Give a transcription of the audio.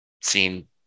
seen